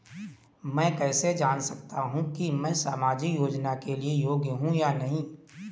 मैं कैसे जान सकता हूँ कि मैं सामाजिक योजना के लिए योग्य हूँ या नहीं?